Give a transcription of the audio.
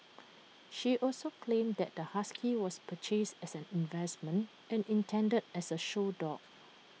she also claimed that the husky was purchased as an investment and intended as A show dog